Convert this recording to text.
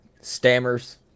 Stammers